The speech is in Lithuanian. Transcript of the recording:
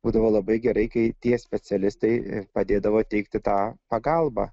būdavo labai gerai kai tie specialistai padėdavo teikti tą pagalbą